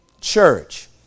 church